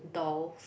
dolls